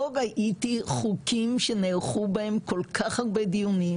לא ראיתי חוקים שנערכו בהן כל כך הרבה דיונים,